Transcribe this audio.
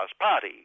party